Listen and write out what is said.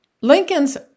Lincoln's